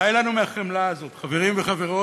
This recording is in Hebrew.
די לנו מהחמלה הזאת, חברים וחברות.